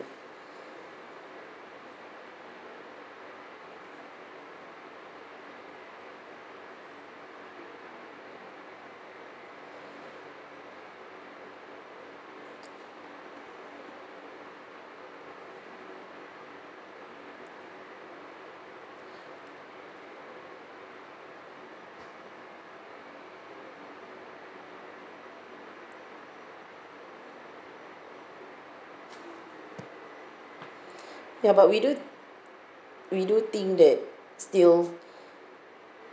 ya but we do we do think that still